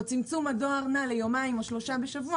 או צמצום הדואר הנע ליומיים או שלושה בשבוע,